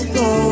go